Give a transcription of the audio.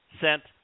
sent